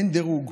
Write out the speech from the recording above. אין דירוג.